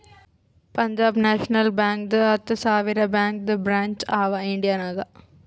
Punjab national ಬ್ಯಾಂಕ್ದು ಹತ್ತ ಸಾವಿರ ಬ್ಯಾಂಕದು ಬ್ರ್ಯಾಂಚ್ ಅವಾ ಇಂಡಿಯಾ ನಾಗ್